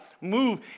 move